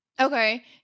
Okay